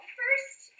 first